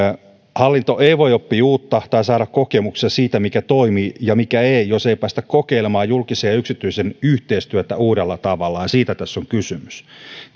hallinto ei voi oppia uutta tai saada kokemuksia siitä mikä toimii ja mikä ei jos ei päästä kokeilemaan julkisen ja yksityisen yhteistyötä uudella tavalla ja siitä tässä on kysymys